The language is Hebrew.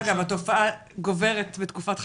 אגב, התופעה גוברת בתקופת חגים.